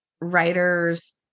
writer's